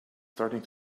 starting